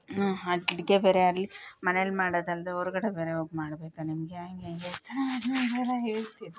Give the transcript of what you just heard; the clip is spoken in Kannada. ಅಡುಗೆ ಗಿಡ್ಗೆ ಬೇರೆಯಾಗಲಿ ಮನೇಲಿ ಮಾಡೋದಲ್ಲದೆ ಹೊರಗಡೆ ಬೇರೆ ಹೋಗಿ ಮಾಡ್ಬೇಕ ನಿನಗೆ ಹಾಗೆ ಹೀಗೆ ಹೇಳ್ತಿ